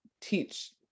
teach